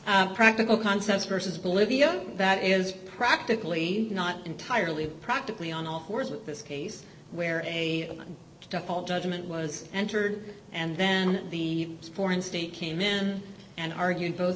have practical concepts versus bolivia that is practically not entirely practically on a horse with this case where a default judgment was entered and then the foreign state came in and argued both